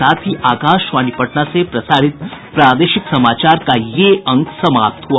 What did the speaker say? इसके साथ ही आकाशवाणी पटना से प्रसारित प्रादेशिक समाचार का ये अंक समाप्त हुआ